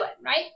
right